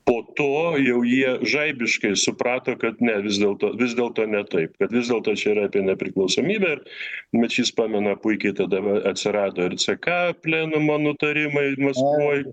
po to jau jie žaibiškai suprato kad ne vis dėlto vis dėlto ne taip kad vis dėlto čia yra apie nepriklausomybę mečys pamena puikiai tada atsirado ir ck plenumo nutarimai maskvoje